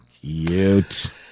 Cute